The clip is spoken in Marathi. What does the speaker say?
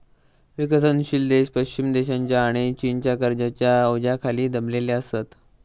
विकसनशील देश पश्चिम देशांच्या आणि चीनच्या कर्जाच्या ओझ्याखाली दबलेले असत